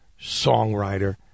songwriter